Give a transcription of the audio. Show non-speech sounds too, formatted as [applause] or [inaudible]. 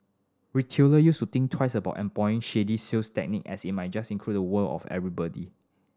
retailer use to think twice about employ shady [unintelligible] tactic as it might just incur the wrath of everybody